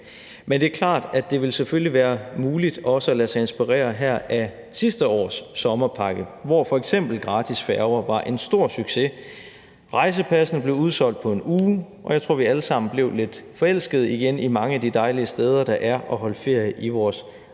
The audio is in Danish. men det er klart, at det selvfølgelig også her vil være muligt at lade sig inspirere af sidste års sommerpakke, hvor f.eks. gratis færger var en stor succes. Rejsepassene blev udsolgt på en uge, og jeg tror, vi alle sammen igen blev lidt forelskede i mange af de dejlige steder, der er at holde ferie i i vores eget land.